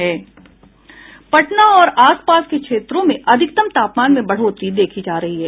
पटना और आसपास के क्षेत्रों में अधिकतम तापमान में बढ़ोतरी देखी जा रही है